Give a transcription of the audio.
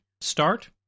start